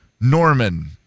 Norman